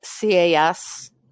CAS